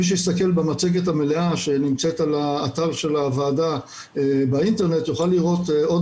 מי שיסתכל במצגת המלאה שנמצאת באתר של הוועדה באינטרנט יוכל לראות עוד